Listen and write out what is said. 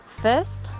first